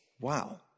wow